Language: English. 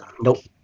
Nope